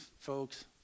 folks